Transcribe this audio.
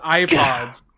iPods